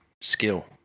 skill